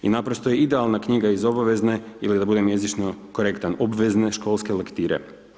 I naprosto je idealna knjiga iz obavezne ili da budem jezično korektan obvezne školske lektire.